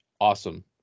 awesome